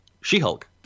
She-Hulk